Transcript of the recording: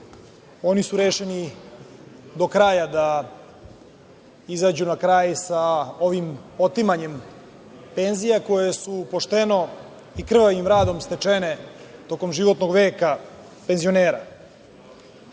Oni su rešeni da izađu na kraj ovom otimanju penzija koje su pošteno i krvavim radom stečene tokom životnog veka penzionera. Pitali